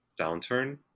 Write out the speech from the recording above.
downturn